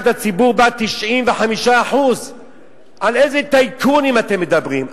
הציבור בה 95%. על איזה טייקונים אתם מדברים?